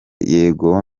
yego